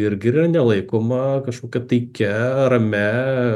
irgi yra nelaikoma kažkokia taikia ramia